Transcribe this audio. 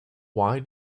why